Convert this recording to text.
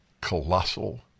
colossal